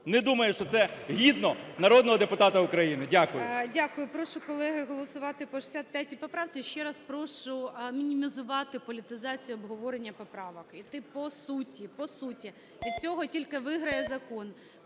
Не думаю, що це гідно народного депутата України.